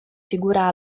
figura